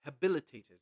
habilitated